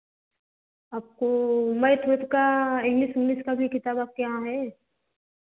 आपको मैथ वैथ का इंग्लिश विंगलिश का भी किताब आपके पास है